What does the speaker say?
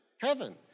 heaven